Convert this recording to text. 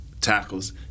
tackles